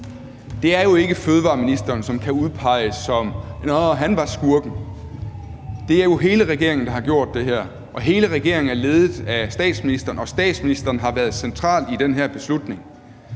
Det er jo ikke fødevareministeren, der kan udpeges som skurken. Det er jo hele regeringen, der har gjort det, og hele regeringen er ledet af statsministeren, og statsministeren har været en central person i den her beslutning.